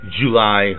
July